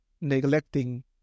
neglecting